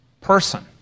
person